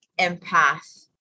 empath